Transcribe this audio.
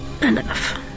enough